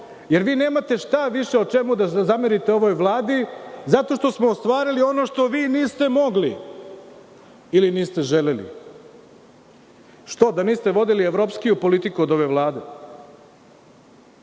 jer vi nemate šta više o čemu da zamerite ovoj Vladi, zato što smo ostvarili ono što vi niste mogli ili niste želeli. Što, da niste vodili evropskiju politiku od ove